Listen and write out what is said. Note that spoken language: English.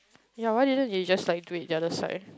ya what it is you just like tweet the other side